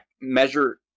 measure